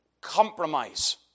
compromise